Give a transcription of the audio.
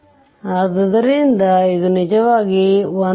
ಆದ್ದರಿಂದ ಇದು ಆರ್ ಇದು ನಿಜವಾಗಿ 1